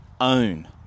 own